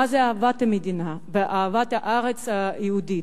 מה זה אהבת המדינה ואהבת הארץ היהודית.